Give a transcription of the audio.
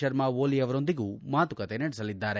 ಶರ್ಮ ಓಲಿ ಅವರೊಂದಿಗೂ ಮಾತುಕತೆ ನಡೆಸಲಿದ್ದಾರೆ